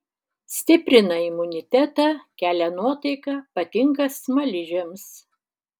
stiprina imunitetą kelia nuotaiką patinka smaližiams